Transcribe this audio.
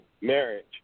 marriage